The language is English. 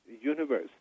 universe